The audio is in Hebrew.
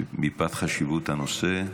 מפאת חשיבות הנושא.